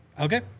Okay